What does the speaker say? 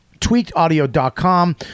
tweakedaudio.com